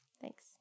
thanks